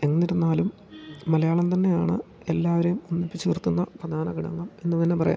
എന്നിരുന്നാലും മലയാളം തന്നെയാണ് എല്ലാവരേം ഒന്നിപ്പിച്ച് നിർത്തുന്ന പ്രധാന ഘടകം എന്ന് തന്നെ പറയാം